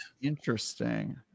Interesting